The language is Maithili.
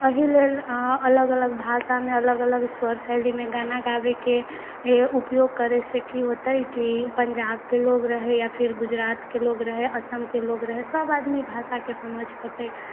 एहि लेल अलग अलग भाषामे अलग अलग स्वर शैलीमे गाना गाबैके उपयोग करैसँ कि हौते कि पञ्जाबके लोक रहै या फिर गुजरातके लोक रहै असमके लोक रहै सभ आदमी भाषाके समझि पायते